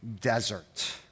desert